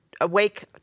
awake